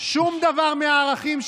שום דבר מהערכים שלכם.